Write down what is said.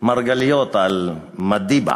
מרגליות על מדיבה,